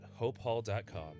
hopehall.com